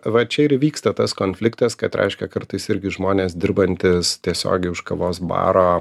va čia ir vyksta tas konfliktas kad reiškia kartais irgi žmonės dirbantys tiesiogiai už kavos baro